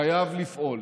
חייב לפעול,